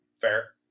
fair